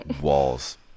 Walls